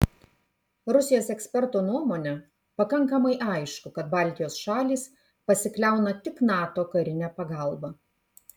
rusijos eksperto nuomone pakankamai aišku kad baltijos šalys pasikliauna tik nato karine pagalba